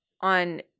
on